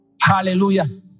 Hallelujah